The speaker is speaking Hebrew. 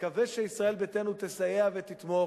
נקווה שישראל ביתנו תסייע ותתמוך.